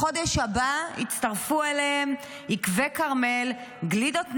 בחודש הבא יצטרפו אליהן יקבי כרמל, גלידות נסטלה,